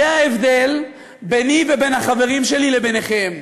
זה ההבדל ביני ובין החברים שלי לביניכם.